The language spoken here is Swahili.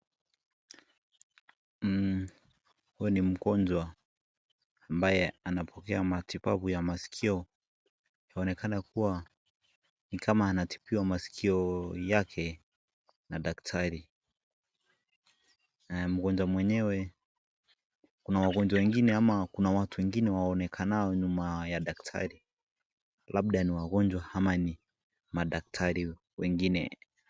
Huo ni mgonjwa ambaye anapokea matibabu ya masikio. Yaonekana kuwa ni kama anatibiwa masikio yake na daktari. Mgonjwa mwenyewe kuna wagonjwa wengine ama kuna watu wengine waonekanao nyuma ya daktari ,labda ni wagonjwa ama ni madaktari wengine.